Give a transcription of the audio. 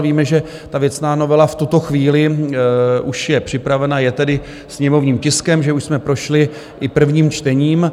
Víme, že ta věcná novela v tuto chvíli už je připravena, je tedy sněmovním tiskem, že už jsme prošli i prvním čtením.